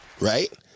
right